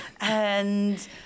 And-